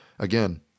Again